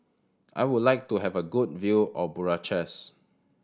I would like to have a good view of Bucharest